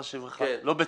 אפשר להשיב לך, לא בציניות?